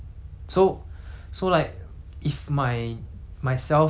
myself is my inspiration I have a definite goal